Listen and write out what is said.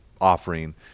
offering